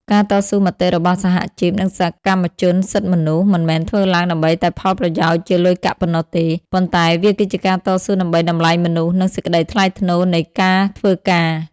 ការតស៊ូមតិរបស់សហជីព និងសកម្មជនសិទ្ធិមនុស្ស មិនមែនធ្វើឡើងដើម្បីតែផលប្រយោជន៍ជាលុយកាក់ប៉ុណ្ណោះទេ ប៉ុន្តែវាគឺជាការតស៊ូដើម្បីតម្លៃមនុស្ស និងសេចក្តីថ្លៃថ្នូរនៃការធ្វើការ។